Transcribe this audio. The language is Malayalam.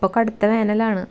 ഇപ്പോൾ കടുത്ത വേനലാണ്